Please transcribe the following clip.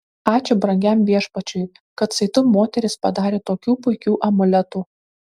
ačiū brangiam viešpačiui kad saitu moterys padarė tokių puikių amuletų